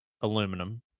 aluminum